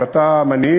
אבל אתה מנהיג,